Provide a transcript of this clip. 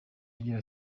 agira